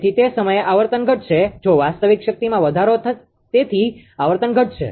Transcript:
તેથી તે સમયે આવર્તન ઘટશે જો વાસ્તવિક શક્તિમાં વધારો તેથી આવર્તન ઘટશે